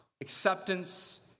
acceptance